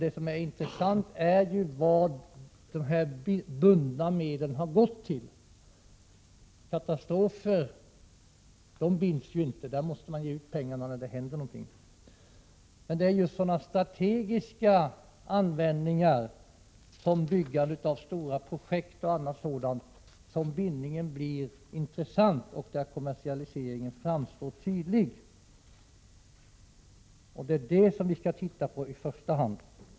Men vad som är intressant är till vad dessa bundna medel har gått. Katastrofbiståndet är inte bundet — medlen måste ju betalas ut när det händer någonting. Det är vid sådana strategiska användningar som byggande av stora projekt och annat sådant som bindningen blir intressant och som kommersialiseringen framstår tydligt. Det är det som vi i första hand skall studera.